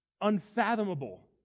unfathomable